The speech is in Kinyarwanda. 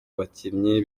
abakinnyi